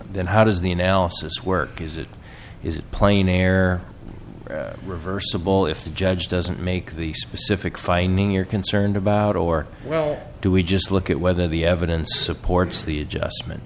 then how does the analysis work is it is it plain air reversible if the judge doesn't make the specific finding you're concerned about or well do we just look at whether the evidence supports the adjustment